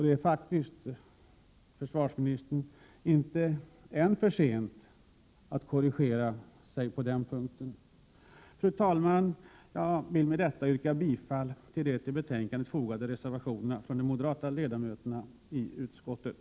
Det är, försvarsministern, ännu inte för sent att korrigera sig på den punkten. Fru talman! Jag yrkar bifall till de till betänkandet fogade reservationerna av de moderata ledamöterna i försvarsutskottet.